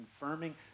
confirming